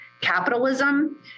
capitalism